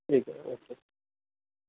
ٹھیک ہے اوکے